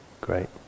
Great